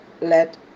let